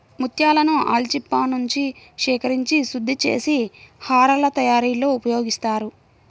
ముత్యాలను ఆల్చిప్పలనుంచి సేకరించి శుద్ధి చేసి హారాల తయారీలో ఉపయోగిస్తారు